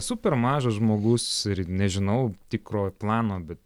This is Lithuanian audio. super mažas žmogus ir nežinau tikro plano bet